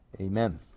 Amen